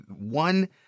one